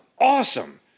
awesome